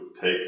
Take